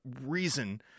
reason